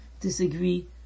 disagree